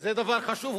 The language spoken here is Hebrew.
זה דבר חשוב.